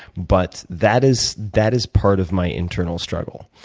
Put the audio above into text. but that is that is part of my internal struggle